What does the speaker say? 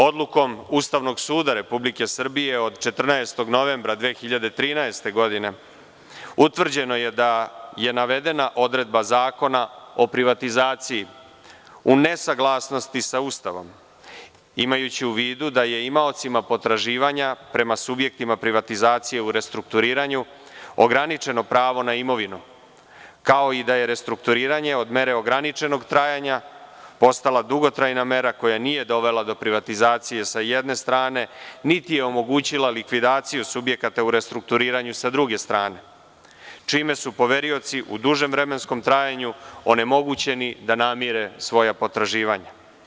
Odlukom Ustavnog suda Republike Srbije od 14. novembra 2013. godine utvrđeno je da je navedena odredba Zakona o privatizaciji u nesaglasnosti sa Ustavom, imajući u vidu da je imaocima potraživanja prema subjektima privatizacije u restrukturiranju ograničeno pravo na imovinu, kao i da je restrukturiranje od mere ograničenog trajanja postala dugotrajna mera koja nije dovela do privatizacije sa jedne strane, niti je omogućila likvidaciju subjekata u restrukturiranju sa druge strane, čime su poverioci u dužem vremenskom trajanju onemogućeni da namire svoja potraživanja.